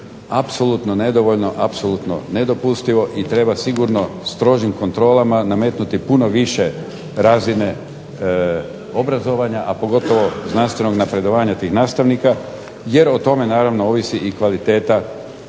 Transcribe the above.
Apsolutno nedovoljno, apsolutno nedopustivo i treba sigurno strožim kontrolama nametnuti puno više razine obrazovanja, a pogotovo znanstvenog napredovanja tih nastavnika jer o tome naravno ovisi i kvaliteta